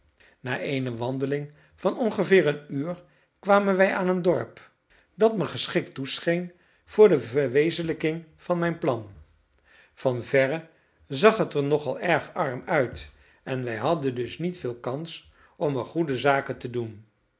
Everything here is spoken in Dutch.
na eene wandeling van ongeveer een uur kwamen wij aan een dorp dat me geschikt toescheen voor de verwezenlijking van mijn plan van verre zag het er nogal erg arm uit en wij hadden dus niet veel kans om er goede zaken te doen